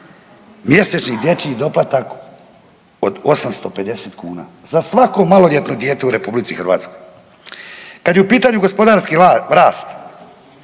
mjesečni dječji doplatak od 850 kuna. Za svako maloljetne dijete u RH. Kad je u pitanju gospodarski rast,